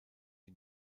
die